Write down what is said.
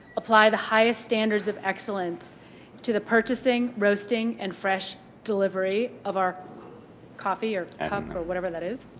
apply the highest standards of excellence to the purchasing, roasting, and fresh delivery of our coffee or cup, or whatever that is.